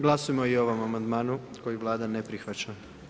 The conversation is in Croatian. Glasujmo i o ovom amandmanu koji Vlada ne prihvaća.